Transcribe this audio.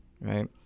right